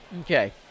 okay